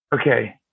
Okay